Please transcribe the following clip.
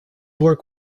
work